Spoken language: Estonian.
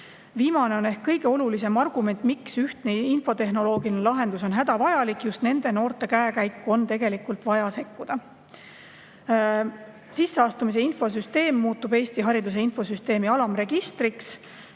Viimane on ehk kõige olulisem argument, miks ühtne infotehnoloogiline lahendus on hädavajalik. Just nende noorte käekäiku on tegelikult vaja sekkuda. Sisseastumise infosüsteem muutub Eesti hariduse infosüsteemi alamregistriks.